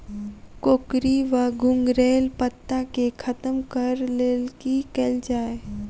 कोकरी वा घुंघरैल पत्ता केँ खत्म कऽर लेल की कैल जाय?